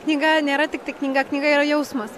knyga nėra tiktai knyga knyga yra jausmas